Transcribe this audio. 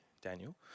daniel